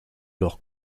leur